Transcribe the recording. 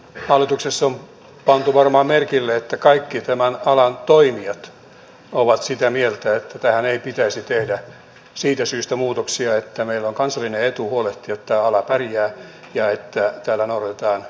hallituksessa on pantu varmaan merkille että kaikki tämän alan toimijat ovat sitä mieltä että tähän ei pitäisi tehdä muutoksia siitä syystä että meillä on kansallinen etu huolehtia että tämä ala pärjää ja että täällä noudatetaan hyviä pelisääntöjä